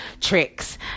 tricks